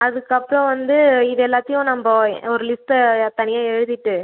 அதுக்கப்புறம் வந்து இது எல்லாத்தையும் நம்ம ஒரு லிஸ்ட்டை தனியாக எழுதிவிட்டு